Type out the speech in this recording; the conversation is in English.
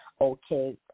okay